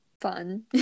fun